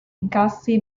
incassi